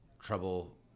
trouble